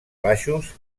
baixos